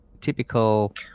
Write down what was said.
typical